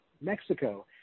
Mexico